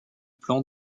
plan